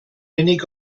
unig